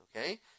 Okay